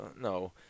No